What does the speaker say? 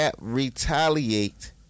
retaliate